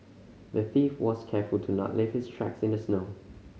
the thief was careful to not leave his tracks in the snow